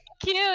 cute